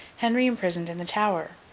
henry imprisoned in the tower